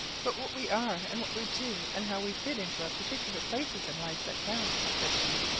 but what we are and what we do and how we fit into our particular places in life that count, said she.